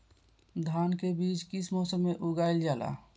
धान के बीज किस मौसम में उगाईल जाला?